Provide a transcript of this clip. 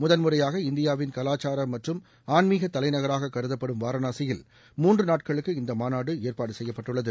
முதன்முறையாக இந்தியாவின் கலாச்சார மற்றும் ஆன்மீக தலைநகராக கருதப்படும் வாரணாசியில் மூன்று நாட்களுக்கு இந்த மாநாடு ஏற்பாடு செய்யப்பட்டுள்ளது